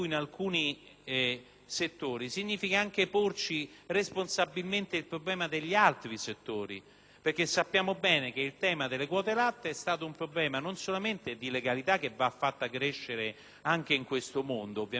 significa anche porci responsabilmente il problema degli altri settori. Sappiamo bene, infatti, che il tema delle quote latte è stato un problema non solamente di legalità (che va fatta crescere anche in questo mondo, ovviamente dopo trattative fatte in